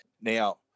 Now